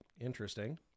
Interesting